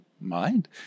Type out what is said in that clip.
mind